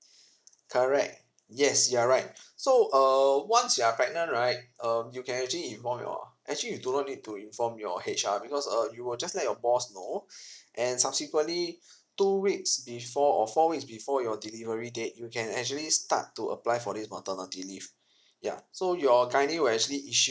correct yes you are right so uh once you're pregnant right um you can actually inform your actually you do not need to inform your H_R because uh you will just let your boss know and subsequently two weeks before or four weeks before your delivery date you can actually start to apply for this maternity leave ya so your gynec~ will actually issue